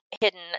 hidden